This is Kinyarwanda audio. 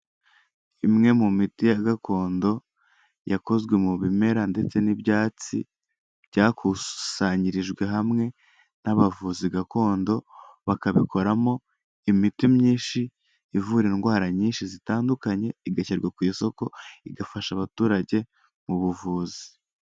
Imwe mu miti ya gakondo yakozwe mu bimera ndetse n'ibyatsi byakusanyirijwe hamwe n'abavuzi gakondo, bakabikoramo imiti myinshi ivura indwara nyinshi zitandukanye igashyirwa ku isoko igafasha abaturage mu buvuzi.